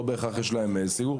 לא בהכרח יש להם סיוע,